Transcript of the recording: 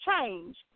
change